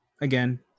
again